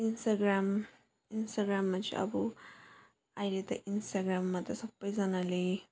Instagram इन्सटाग्र्याममा चाहिँ अब अहिले त इन्सटाग्र्याममा त सबैजनाले